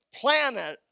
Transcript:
planet